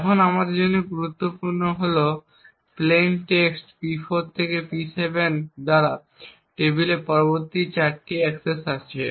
এখন আমাদের জন্য গুরুত্বপূর্ণ হল প্লেইন টেক্সট P4 থেকে P7 দ্বারা টেবিলে পরবর্তী 4টি অ্যাক্সেস আছে